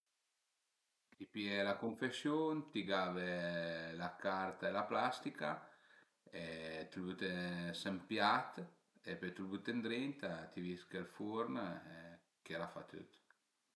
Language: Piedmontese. T'i pìe la cunfesiun, t'i gave la carta e la plastica e t'lu büte s'ën piat e pöi t'lu büte ëndrinta, vische ël furn e chiel a fa tüt